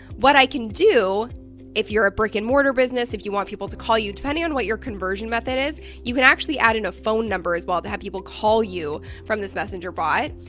what i can do if you're a brick and mortar business, if you want people to call you, depending on what your conversion method is you can actually add in a phone number as well to have people call you from this messenger bot.